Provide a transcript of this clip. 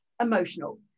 emotional